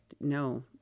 no